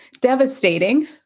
devastating